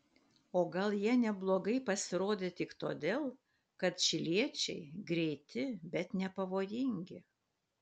o gal jie neblogai pasirodė tik todėl kad čiliečiai greiti bet nepavojingi